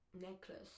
Necklace